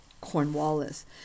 Cornwallis